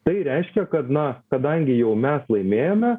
tai reiškia kad na kadangi jau mes laimėjome